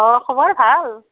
অঁ খবৰ ভাল